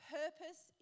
purpose